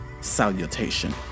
salutation